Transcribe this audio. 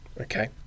okay